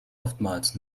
oftmals